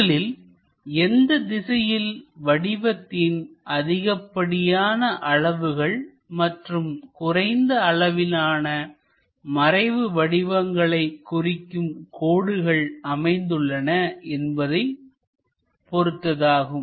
முதலில்எந்த திசையில் வடிவத்தின் அதிகப்படியான அளவுகள் மற்றும் குறைந்த அளவிலான மறைவு வடிவங்களை குறிக்கும் கோடுகள் அமைந்துள்ளன என்பதை பொருத்ததாகும்